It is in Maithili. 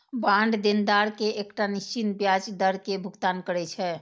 बांड देनदार कें एकटा निश्चित ब्याज दर के भुगतान करै छै